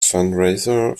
fundraiser